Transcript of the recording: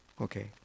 Okay